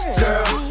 girl